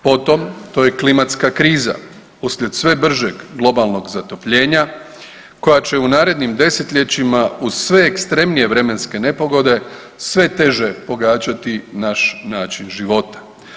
Potom, to je klimatska kriza uslijed sve bržeg globalnog zatopljenja koja će u narednim desetljećima uz sve ekstremnije vremenske nepogode sve teže pogađati naš način života.